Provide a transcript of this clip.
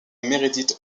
meredith